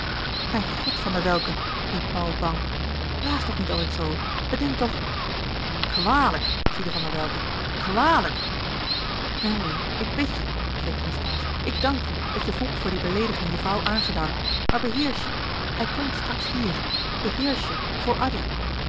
mijn god van der welcke riep paul bang raas toch niet altijd zoo op bedenk toch kwalijk ziedde van der welcke kwalijk henri ik bid je kreet constance ik dank je dat je voelt voor die beleediging je vrouw aangedaan maar beheersch je hij komt straks hier beheersch je voor addy